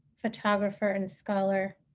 photographer, and scholar.